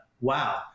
wow